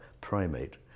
primate